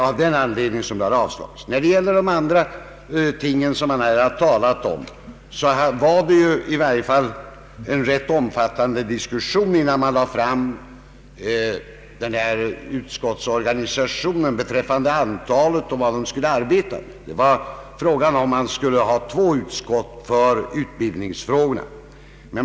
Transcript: Av den anledningen har utskottet yrkat avslag på motionen. En rätt omfattande diskussion fördes innan förslag lades fram beträffande utskottsorganisationen, antalet utskott och på vilket sätt de skulle arbeta. Frågan var om det skulle finnas två utskott för utbildningsfrågorna.